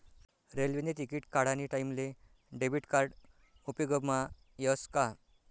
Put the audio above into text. रेल्वेने तिकिट काढानी टाईमले डेबिट कार्ड उपेगमा यस का